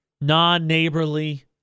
non-neighborly